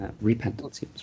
Repentance